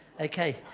Okay